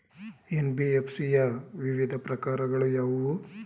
NBFC ಯ ವಿವಿಧ ಪ್ರಕಾರಗಳು ಯಾವುವು?